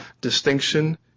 distinction